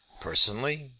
Personally